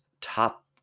top